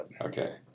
okay